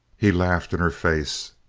he laughed in her face.